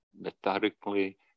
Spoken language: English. methodically